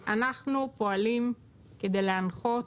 אנחנו פועלים כדי להנחות